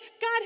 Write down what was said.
God